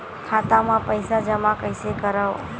खाता म पईसा जमा कइसे करव?